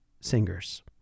singers